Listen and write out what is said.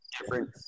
different